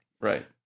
Right